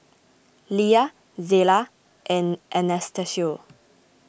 Lia Zela and Anastacio